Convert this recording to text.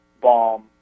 Bomb